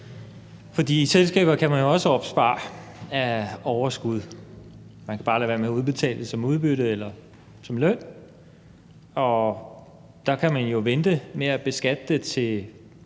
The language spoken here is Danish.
for i selskaber kan man jo også opspare overskud ved bare at lade være med at udbetale det som udbytte eller løn. Der kan man jo vente med at beskatte det,